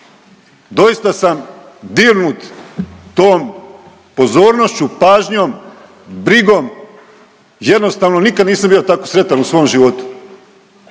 Doista sam dirnut tom pozornošću, pažnjom, brigom. Jednostavno nikad nisam bio tako sretan u svom životu.